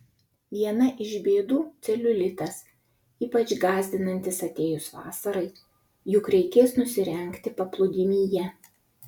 viena iš bėdų celiulitas ypač gąsdinantis atėjus vasarai juk reikės nusirengti paplūdimyje